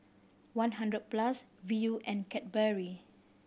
One Hundred Plus Viu and Cadbury